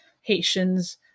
Haitians